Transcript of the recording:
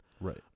Right